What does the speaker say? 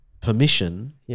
permission